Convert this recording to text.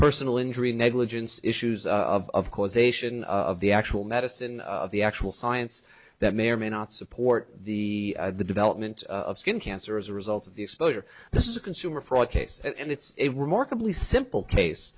personal injury negligence issues of causation of the actual medicine of the actual science that may or may not support the the development of skin cancer as a result of the exposure this is a consumer fraud case and it's a remarkably simple case